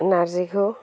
नारजिखौ